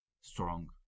strong